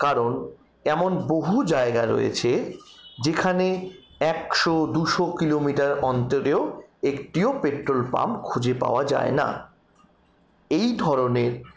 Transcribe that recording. কারণ এমন বহু জায়গা রয়েছে যেখানে একশো দুশো কিলোমিটার অন্তরেও একটিও পেট্রোল পাম্প খুঁজে পাওয়া যায় না এই ধরনের